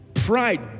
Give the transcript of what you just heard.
Pride